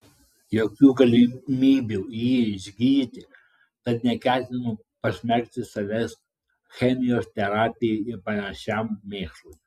jokių galimybių jį išgydyti tad neketinu pasmerkti savęs chemijos terapijai ir panašiam mėšlui